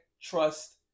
trust